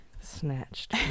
Snatched